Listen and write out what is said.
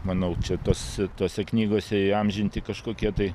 manau čia tos tose knygose įamžinti kažkokie tai